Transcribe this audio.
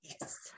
Yes